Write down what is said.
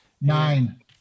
Nine